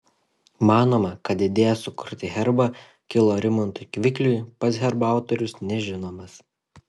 manoma kad idėja sukurti herbą kilo rimantui kvikliui pats herbo autorius nežinomas